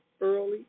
early